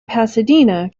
pasadena